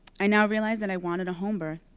i now realize that i wanted a homebirth,